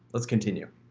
let's continue.